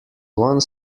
one